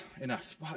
Enough